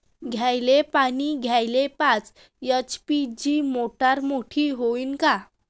कांद्याले पानी द्याले पाच एच.पी ची मोटार मोटी व्हईन का?